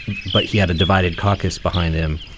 but he had a divided caucus behind him.